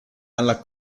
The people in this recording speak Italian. alla